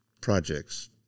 projects